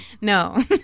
No